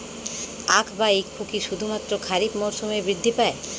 আখ বা ইক্ষু কি শুধুমাত্র খারিফ মরসুমেই বৃদ্ধি পায়?